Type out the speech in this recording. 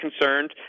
concerned